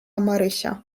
marysia